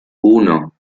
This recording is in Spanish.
uno